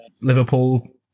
Liverpool